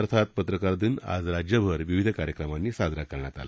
आजचा पत्रकार दिन राज्यभरात विविध कार्यक्रमांनी साजरा करण्यात आला